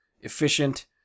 efficient